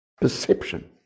perception